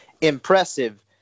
impressive